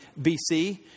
BC